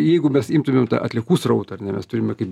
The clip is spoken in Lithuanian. jeigu mes imtumėm tą atliekų srautą ar ne mes turime kaip